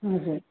हजुर